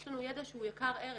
יש לנו ידע שהוא יקר ערך,